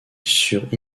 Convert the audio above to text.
sur